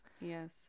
Yes